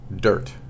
dirt